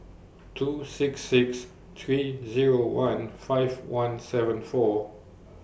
two six six three Zero one five one seven four